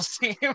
team